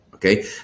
Okay